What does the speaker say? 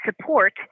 support